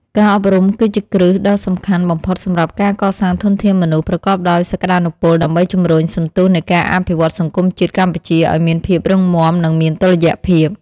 ការអប់រំគឺជាគ្រឹះដ៏សំខាន់បំផុតសម្រាប់ការកសាងធនធានមនុស្សប្រកបដោយសក្ដានុពល ដើម្បីជំរុញសន្ទុះនៃការអភិវឌ្ឍសង្គមជាតិកម្ពុជាឱ្យមានភាពរឹងមាំនិងមានតុល្យភាព។